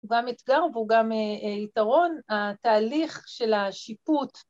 ‫הוא גם אתגר והוא גם יתרון. ‫התהליך של השיפוט...